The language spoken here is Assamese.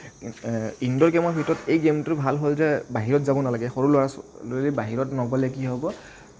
ইন ইনড'ৰ গেমৰ ভিতৰত এই গেমটো ভাল হ'ল যে বাহিৰত যাব নালাগে সৰু ল'ৰা ছোৱালী যদি বাহিৰত নগ'লে কি হ'ব